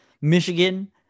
Michigan